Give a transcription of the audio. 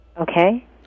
Okay